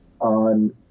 on